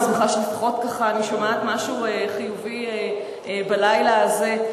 ואני שמחה שלפחות ככה אני שומעת משהו חיובי בלילה הזה.